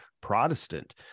Protestant